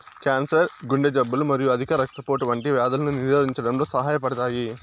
cancer, గుండె జబ్బులు మరియు అధిక రక్తపోటు వంటి వ్యాధులను నిరోధించడంలో సహాయపడతాయి